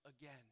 again